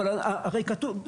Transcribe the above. אבל הרי כתוב,